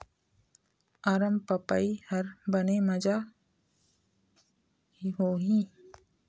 अरमपपई हर बने माजा के होही?